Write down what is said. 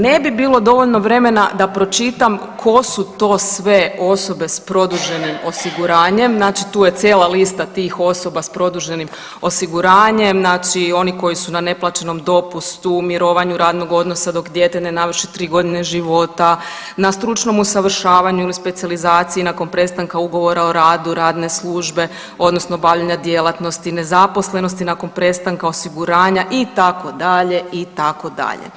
Ne bi bilo dovoljno vremena da pročitam tko su to sve osobe s produženim osiguranjem, znači tu je cijela lista tih osoba s produženim osiguranjem, znači oni koji su na neplaćenom dopustu, mirovanju radnog odnosa dok dijete ne navrši 3 godine života, na stručnom usavršavanju ili specijalizaciji nakon prestanka ugovora o radu radne službe, odnosno bavljenja djelatnosti, nezaposlenosti nakon prestanka osiguranja, itd., itd.